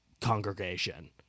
congregation